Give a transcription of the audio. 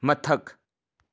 ꯃꯊꯛ